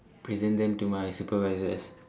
present them to my supervisors